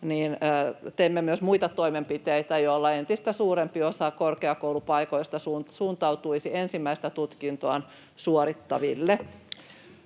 teemme muita toimenpiteitä, joilla entistä suurempi osa korkeakoulupaikoista suuntautuisi ensimmäistä tutkintoaan suorittaville.